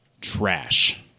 trash